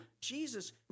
Jesus